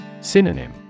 Synonym